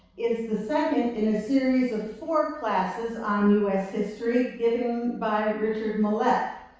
is the second in a series of four classes on us history given by richard mollette.